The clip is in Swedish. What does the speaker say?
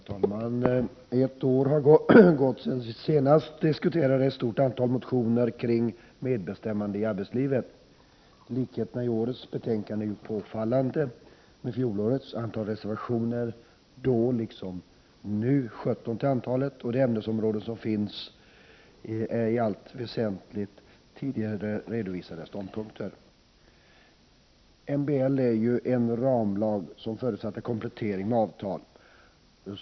Herr talman! Ett år har gått sedan vi senast diskuterade ett stort antal motioner om medbestämmande i arbetslivet. Likheterna i årets betänkande är påfallande med fjolårets. Antalet reservationer är nu liksom då 17, och de ämnesområden som finns markerade är i allt väsentligt tidigare redovisade ståndpunkter. Medbestämmandelagen, som är en ramlag, förutsatte komplettering med avtal.